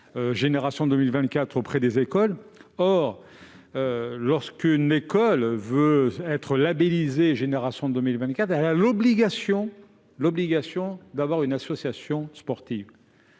Génération 2024 » auprès des écoles. Or, lorsqu'une école veut être labellisée « Génération 2024 », elle a l'obligation d'avoir une association sportive.